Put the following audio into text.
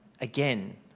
again